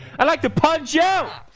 i like to punch ah